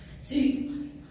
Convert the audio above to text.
See